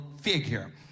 figure